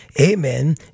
amen